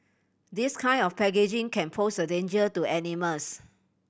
this kind of packaging can pose a danger to animals